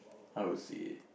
how to say